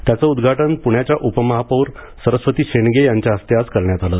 त्याचं उद्घाटन पुण्याच्या उपमहापौर सरस्वती शेंडगे यांच्या हस्ते आज करण्यात आलं